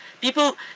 People